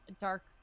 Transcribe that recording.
dark